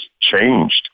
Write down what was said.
changed